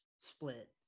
split